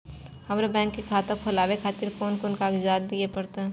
हमरो बैंक के खाता खोलाबे खातिर कोन कोन कागजात दीये परतें?